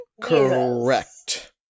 Correct